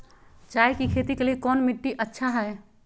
चाय की खेती के लिए कौन मिट्टी अच्छा हाय?